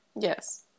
Yes